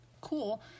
cool